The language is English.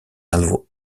also